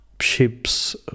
ships